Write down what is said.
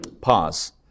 pause